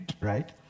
right